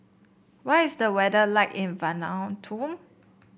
what is the weather like in Vanuatu